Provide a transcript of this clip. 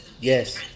yes